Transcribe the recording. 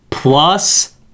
plus